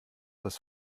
das